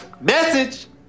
Message